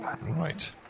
Right